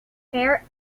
fair